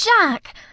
Jack